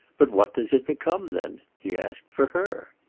but what does it become then, he asked, for her?